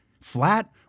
flat